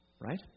Right